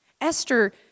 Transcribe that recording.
Esther